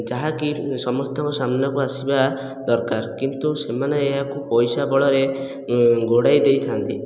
ଯାହାକି ସମସ୍ତଙ୍କ ସାମ୍ନାକୁ ଆସିବା ଦରକାର କିନ୍ତୁ ସେମାନେ ଏହାକୁ ପଇସା ବଳରେ ଘୋଡ଼ାଇ ଦେଇଥାନ୍ତି